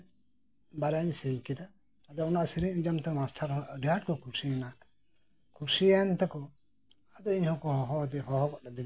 ᱵᱟᱨᱭᱟᱧ ᱥᱮᱨᱮᱧ ᱠᱮᱫᱟ ᱟᱫᱚ ᱚᱱᱟ ᱥᱮᱨᱮᱧ ᱟᱸᱡᱚᱢᱛᱮ ᱢᱟᱥᱴᱟᱨᱦᱚᱸ ᱟᱹᱰᱤ ᱟᱸᱴ ᱠᱚ ᱠᱩᱥᱤᱭᱮᱱᱟ ᱠᱩᱥᱤᱭᱟᱱ ᱛᱮᱠᱚ ᱟᱫᱚ ᱤᱧ ᱦᱚᱸᱠᱚ ᱦᱚᱦᱚ ᱜᱚᱫ ᱟᱹᱫᱤᱧᱟ